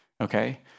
okay